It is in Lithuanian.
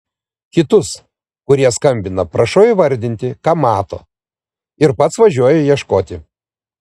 kitus kurie skambina prašau įvardinti ką mato ir pats važiuoju ieškoti